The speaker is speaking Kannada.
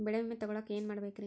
ಬೆಳೆ ವಿಮೆ ತಗೊಳಾಕ ಏನ್ ಮಾಡಬೇಕ್ರೇ?